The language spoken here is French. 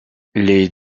les